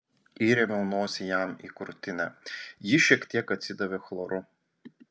įrėmiau nosį jam į krūtinę ji šiek tiek atsidavė chloru